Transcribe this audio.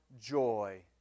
joy